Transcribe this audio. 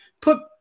put